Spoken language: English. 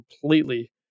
completely